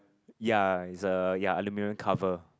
ya it's a ya aluminium cover